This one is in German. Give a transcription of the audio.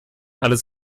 alles